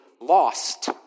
lost